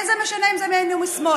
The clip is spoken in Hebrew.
ולא משנה אם זה מימין או משמאל.